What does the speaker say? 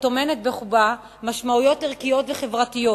הטומנת בחובה משמעויות ערכיות וחברתיות.